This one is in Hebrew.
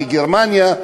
וגרמניה,